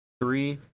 Three